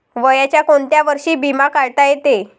वयाच्या कोंत्या वर्षी बिमा काढता येते?